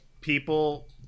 people